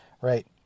Right